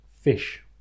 fish